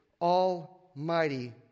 Almighty